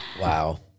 Wow